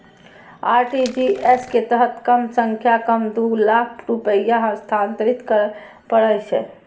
RTGS के तहत कम सं कम दू लाख रुपैया हस्तांतरित करय पड़ै छै